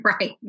Right